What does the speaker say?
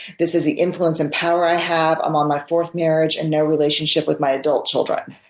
this is the influence and power i have. i'm on my fourth marriage and no relationship with my adult children.